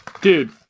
dude